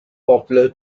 popular